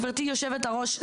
גברתי יושבת-הראש,